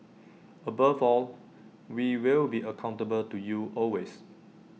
above all we will be accountable to you always